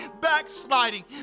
backsliding